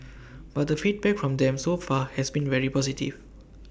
but the feedback from them so far has been very positive